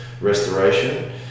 restoration